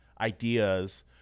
ideas